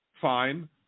Fine